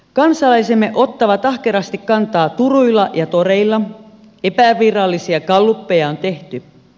kansalaisemme ottavat ahkerasti kantaa turuilla ja toreilla epävirallisia gallupeja on tehty